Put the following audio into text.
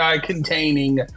containing